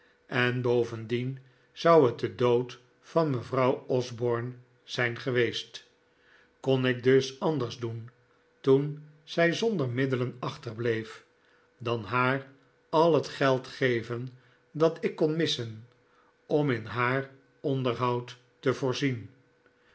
en bovendien zou het den dood van mevrouw osborne zijn geweest kon ik dus anders doen toen zij zonder middelen achterbleef dan haar al het geld geven dat ik kon missen om in haar onderhoud te voorzien